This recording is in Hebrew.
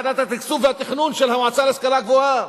ועדת התקצוב והתכנון של המועצה להשכלה גבוהה.